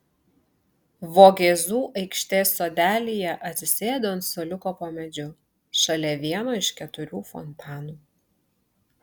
vogėzų aikštės sodelyje atsisėdu ant suoliuko po medžiu šalia vieno iš keturių fontanų